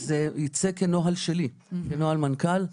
זה ייצא כנוהל שלי, כנוהל מנכ"ל.